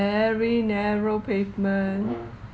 very narrow pavement